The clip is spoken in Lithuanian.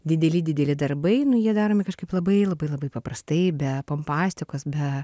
dideli dideli darbai nu jie daromi kažkaip labai labai labai paprastai be pompastikos be